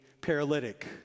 paralytic